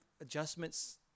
adjustments